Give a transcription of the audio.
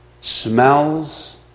smells